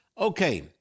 Okay